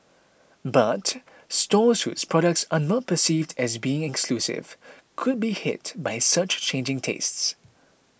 but stores whose products are not perceived as being exclusive could be hit by such changing tastes